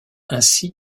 ainsi